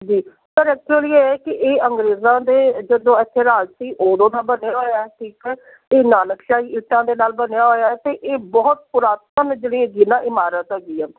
ਜੀ sir actually ਇਹ ਹੈ ਕਿ ਇਹ ਅੰਗਰੇਜ਼ਾਂ ਦੇ ਜਦੋਂ ਇੱਥੇ ਰਾਜ ਸੀ ਉਦੋਂ ਦਾ ਬਣਿਆ ਹੋਇਆ ਠੀਕ ਹੈ ਅਤੇ ਨਾਨਕਸ਼ਾਹੀ ਇੱਟਾਂ ਦੇ ਨਾਲ਼ ਬਣਿਆ ਹੋਇਆ ਅਤੇ ਇਹ ਬਹੁਤ ਪੁਰਾਤਨ ਜਿਹੜੀ ਜ਼ਿਲ੍ਹਾ ਇਮਾਰਤ ਹੈਗੀ ਆ